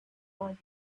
early